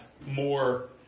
more